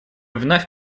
вновь